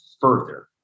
further